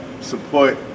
support